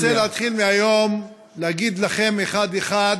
אני רוצה להתחיל מהיום להגיד לכם, אחד-אחד,